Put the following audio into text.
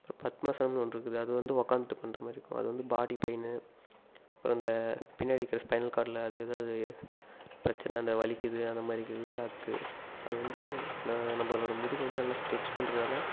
பத்மாசனம்னு ஒன்று இருக்குது அது வந்து உட்காந்துட்டு பண்ணுற மாதிரி இருக்கும் அது வந்து பாடி பெயினு அப்புறம் இந்த பின்னாடி இருக்கிற ஸ்பைனல்காட்டில் அது ஏதாவது பிரச்சினயா இருந்தா வலிகுது அந்த மாதிரி இருக்குதுல அதுக்கு அது வந்து ந நம்மளோட முதுகு வந்து நல்லா ஸ்டெச் ஸ் பண்றணுதுனால